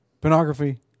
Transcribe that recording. pornography